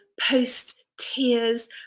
post-tears